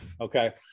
Okay